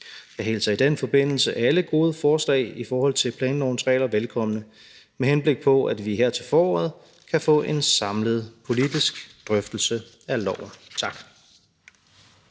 Vi hilser i den forbindelse alle gode forslag i forhold til planlovens regler velkommen, med henblik på at vi her til foråret kan få en samlet politisk drøftelse af loven. Tak.